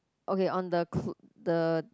okay on the the